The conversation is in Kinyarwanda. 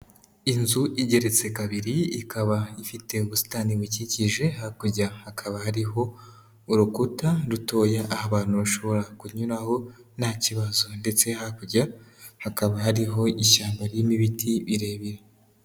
Inzu igeretse kabiri ikaba ifite ubusitani buyikikije, hakurya hakaba hariho urukuta rutoya aho abantu bashobora kunyuraho nta kibazo ndetse hakarya hakaba hariho ishyamba ririmo ibiti birebire.